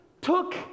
took